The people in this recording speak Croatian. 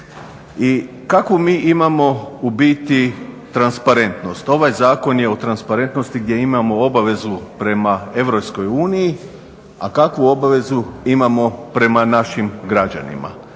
I kakvu mi imamo u biti transparentnost? Ovaj zakon je u transparentnosti gdje imamo obavezu prema Europskoj uniji, a kakvu obvezu imamo prema našim građanima.